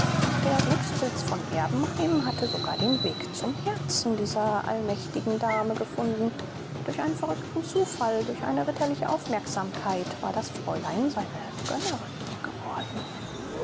der glückspilz von erbenheim hatte sogar den weg zum herzen dieser allmächtigen dame gefunden durch einen verrückten zufall durch eine ritterliche aufmerksamkeit war das fräulein seine gönnerin geworden